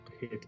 hit